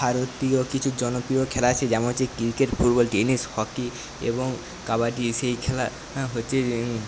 ভারতীয় কিছু জনপ্রিয় খেলা আছে যেমন হচ্ছে ক্রিকেট ফুটবল টেনিস হকি এবং কাবাডি সেই খেলা হচ্ছে